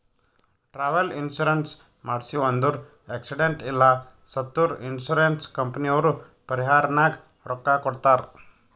travel insurance ಮಾಡ್ಸಿವ್ ಅಂದುರ್ accident ಇಲ್ಲ ಸತ್ತುರ್ ಇನ್ಸೂರೆನ್ಸ್ ಕಂಪನಿದವ್ರು ಪರಿಹಾರನಾಗ್ ರೊಕ್ಕಾ ಕೊಡ್ತಾರ್